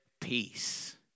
Peace